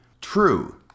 true